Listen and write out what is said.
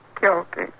Guilty